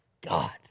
God